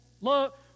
Look